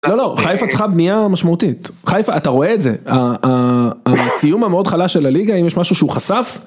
לא, לא, חיפה צריכה בנייה משמעותית, חיפה, אתה רואה את זה, הסיום המאוד חלש של הליגה, אם יש משהו שהוא חשף...